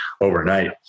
overnight